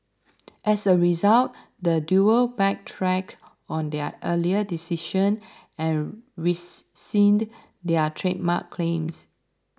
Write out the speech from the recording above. as a result the duo backtracked on their earlier decision and rescinded their trademark claims